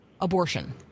abortion